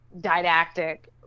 didactic